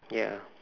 ya